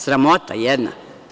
Sramota jedna.